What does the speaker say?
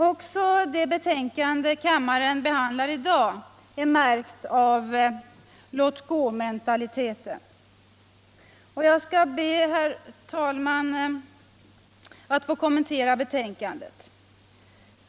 Även det betänkande kammaren behandlar i dag är märkt av ”låtgåmentaliteten”. Jag skall be, herr talman, att få kommentera betänkandet.